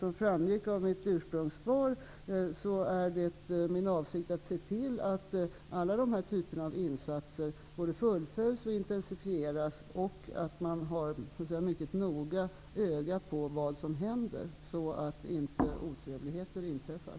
Som framgick av mitt ursprungliga svar är det min avsikt att se till att alla dessa typer av insatser fullföljs och intensifieras och att man mycket noga följer vad som händer så att otrevligheter inte inträffar.